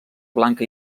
blanca